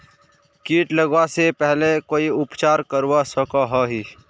किट लगवा से पहले कोई उपचार करवा सकोहो ही?